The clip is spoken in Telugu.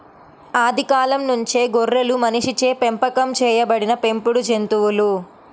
ఆది కాలం నుంచే గొర్రెలు మనిషిచే పెంపకం చేయబడిన పెంపుడు జంతువులు